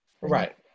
Right